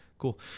Cool